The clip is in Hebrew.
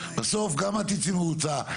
שלוש יחידות דיור